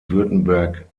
württemberg